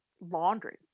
laundry